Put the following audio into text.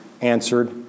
answered